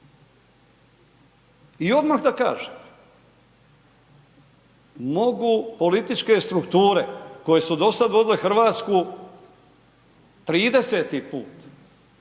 I odmah da kažem, mogu političke strukture koje su dosad vodile RH 30-ti put,